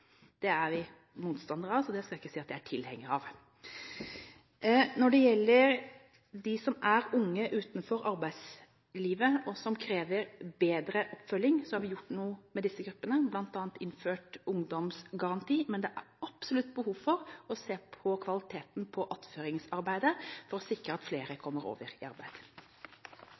Det er vi motstandere av, så det skal jeg ikke si at jeg er tilhenger av. Når det gjelder dem som er unge utenfor arbeidslivet, og som krever bedre oppfølging, har vi gjort noe med disse gruppene, bl.a. innført ungdomsgaranti, men det er absolutt behov for å se på kvaliteten på attføringsarbeidet for å sikre at flere kommer over i arbeid.